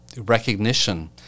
recognition